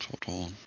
total